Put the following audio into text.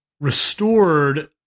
restored